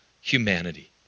humanity